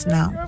now